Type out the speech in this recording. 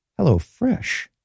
HelloFresh